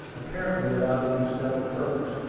apparently without any settled purpose,